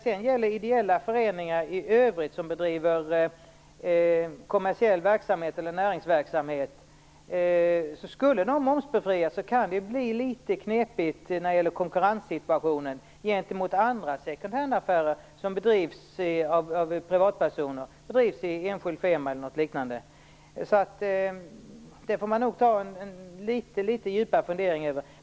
Skulle ideella föreningar i övrigt som bedriver kommersiell verksamhet eller näringsverksamhet momsbefrias kan det bli litet knepigt när det gäller konkurrenssituationen gentemot andra second handaffärer, som bedrivs av privatpersoner i enskild firma eller något liknande. Detta får man nog ta en litet djupare fundering över.